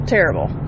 Terrible